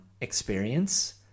experience